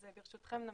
אז ברשותכם נמשיך.